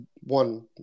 one